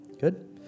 Good